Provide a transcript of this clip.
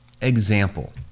Example